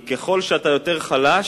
היא: ככל שאתה יותר חלש,